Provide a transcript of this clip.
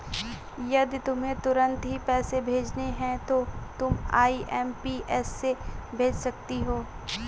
यदि तुम्हें तुरंत ही पैसे भेजने हैं तो तुम आई.एम.पी.एस से भेज सकती हो